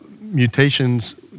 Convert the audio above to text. mutations